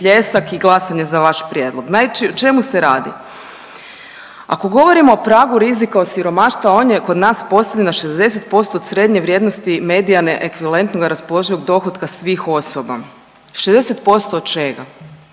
pljesak i glasanje za vaš prijedlog. .../nerazumljivo/... o čemu se radi? Ako govorimo o pragu rizika od siromaštva, on je kod nas postavljen na 60% od srednje vrijednosti medijane ekvivalentnog raspoloživog dohotka svih osoba. 60% od čega?